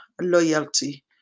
loyalty